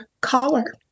color